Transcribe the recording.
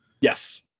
Yes